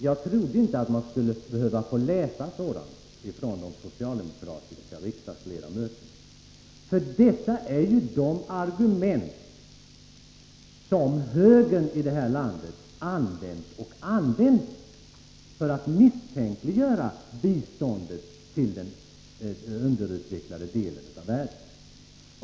Jag trodde inte att man skulle behöva läsa sådant från socialdemokratiska riksdagsledamöter, för detta är ju de argument som högern här i landet har använt och använder för att misstänkliggöra biståndet till den underutvecklade delen av världen.